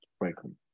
welcome